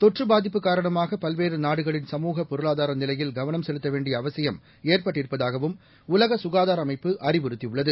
தொற்றுபாதிப்புகாரணமாக பல்வேறுநாடுகளின்சமூக பொருளாதார நிலையில்கவனம்செலுத்தவேண்டியஅவசியம்ஏற்பட்டிருப் பதாகவும் உலகசுகாதாரஅமைப்புஅறிவுறுத்தியுள்ளது